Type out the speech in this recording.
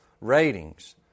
ratings